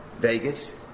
Vegas